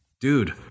dude